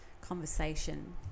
conversation